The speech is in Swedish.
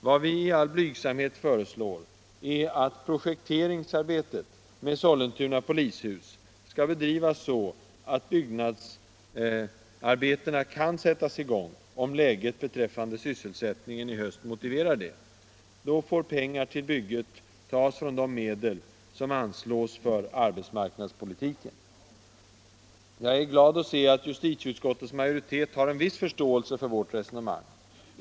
Vad vi i all blygsamhet föreslår är att arbetet med projekteringen av Sollentuna polishus skall bedrivas så, att byggnadsarbetena kan sättas i gång, om sysselsättningsläget i höst motiverar det. Då får pengar till bygget tas från de medel som anslås för arbetsmarknadspolitiken. Jag är glad att se, att justitieutskottets majoritet har en viss förståelse för vårt resonemang.